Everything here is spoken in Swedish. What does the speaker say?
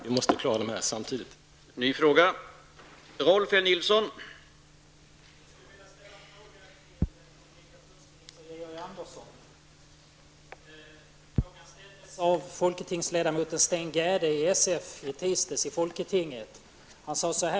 Vi måste klara de här ambitionerna samtidigt.